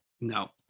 No